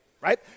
right